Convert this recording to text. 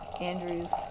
Andrews